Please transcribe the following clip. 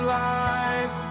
life